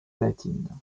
latine